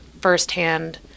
firsthand